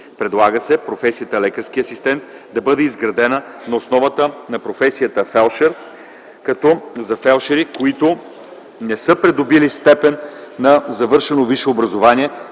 Предлага се професията „лекарски асистент” да бъде изградена на основата на професията „фелдшер”, като за фелдшери, които не са придобили степен на завършено висше образование,